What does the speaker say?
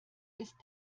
ist